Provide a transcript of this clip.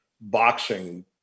boxing